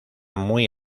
muy